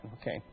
Okay